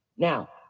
Now